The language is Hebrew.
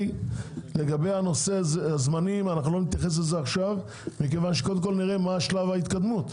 עכשיו לנושא הזמנים; קודם כל נראה מה שלב ההתקדמות,